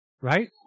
Right